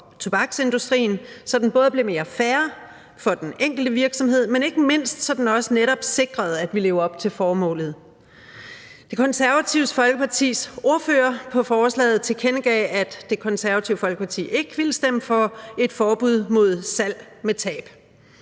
tobaksindustrien, så den både bliver mere fair for den enkelte virksomhed, men ikke mindst så den netop også sikrer, at vi lever op til formålet. Det Konservative Folkepartis ordfører på forslaget tilkendegav, at Det Konservative Folkeparti ikke ville stemme for et forbud mod salg med tab.